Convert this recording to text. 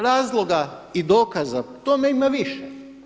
Razloga i dokaza o tome ima više.